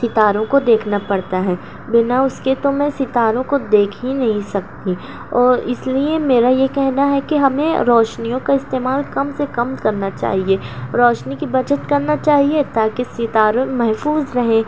ستاروں کو دیکھنا پڑتا ہے بنا اس کے تو میں ستاروں کو دیکھ ہی نہیں سکتی اور اس لیے میرا یہ کہنا ہے کہ ہمیں روشنیوں کا استعمال کم سے کم کرنا چاہیے روشنی کی بچت کرنا چاہیے تا کہ ستاروں محفوظ رہیں